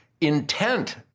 intent